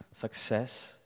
success